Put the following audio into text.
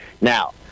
Now